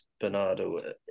Bernardo